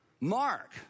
Mark